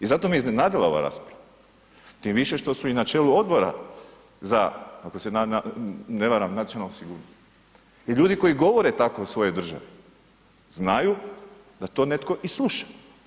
I zato me je iznenadila ova rasprava tim više što su i na čelu Odbora ako se ne varam nacionalnu sigurnost i ljudi koji govore tako o svojoj državi znaju da to netko i sluša.